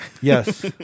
Yes